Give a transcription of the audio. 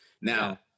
Now